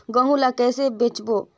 गहूं ला कइसे बेचबो?